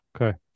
okay